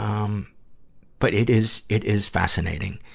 um but it is, it is fascinating.